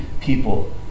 people